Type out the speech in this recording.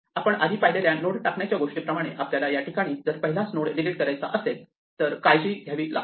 आपण आधी पाहिलेल्या नोड टाकण्याच्या गोष्टीप्रमाणे आपल्याला या ठिकाणी जर पहिलाच नोड डिलीट करायचा असेल तर काळजी घ्यावी लागते